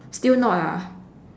still not ah